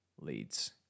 leads